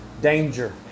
Danger